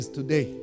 today